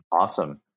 awesome